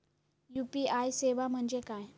UPI सेवा म्हणजे काय?